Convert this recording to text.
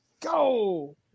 go